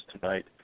tonight